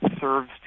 serves